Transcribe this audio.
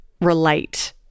relate